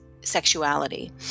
sexuality